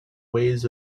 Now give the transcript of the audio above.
ways